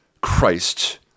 Christ